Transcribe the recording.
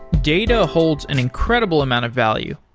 data holds an incredible amount of value,